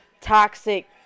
Toxic